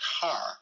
car